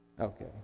Okay